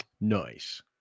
Nice